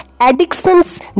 addictions